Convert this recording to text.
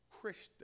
Christian